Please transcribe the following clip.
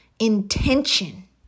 Intention